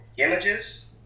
images